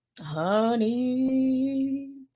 Honey